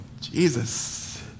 Jesus